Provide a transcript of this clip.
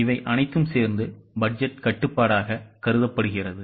இவை அனைத்தும் சேர்ந்து பட்ஜெட் கட்டுப்பாடாக கருதப்படுகிறது